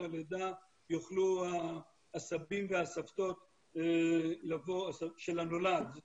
הלידה שיוכלו הסבים והסבתות של הנולד לבוא,